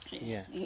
Yes